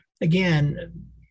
again